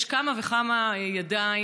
יש כמה וכמה ידיים,